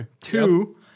two